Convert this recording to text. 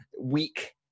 weak